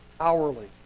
hourly